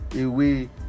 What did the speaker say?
away